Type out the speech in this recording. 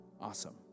Awesome